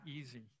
easy